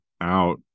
out